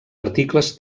articles